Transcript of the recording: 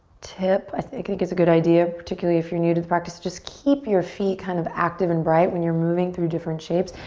tip, i think it like is a good idea, particularly if you're new to the practice, just keep your feet kind of active and bright when you're moving through different shapes.